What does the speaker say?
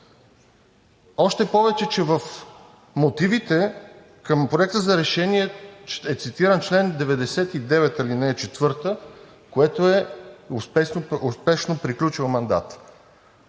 Още повече че в мотивите към Проекта за решение е цитиран чл. 99, ал. 4, което е успешно приключил мандат.